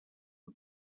que